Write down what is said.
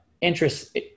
interest